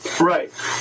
Right